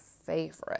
favorite